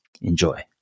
Enjoy